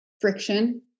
friction